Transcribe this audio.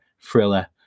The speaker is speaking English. thriller